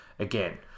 Again